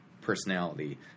personality